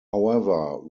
however